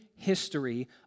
history